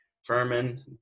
Furman